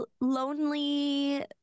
lonely